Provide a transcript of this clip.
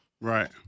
Right